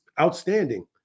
outstanding